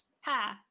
ha